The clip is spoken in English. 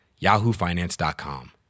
yahoofinance.com